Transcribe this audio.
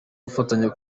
gufatanya